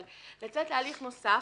אבל לצאת להליך נוסף,